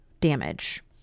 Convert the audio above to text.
damage